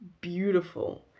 beautiful